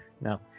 No